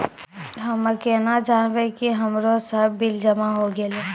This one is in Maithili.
हम्मे केना जानबै कि हमरो सब बिल जमा होय गैलै?